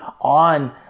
on